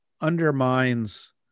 undermines